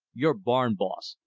you're barn-boss.